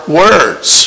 words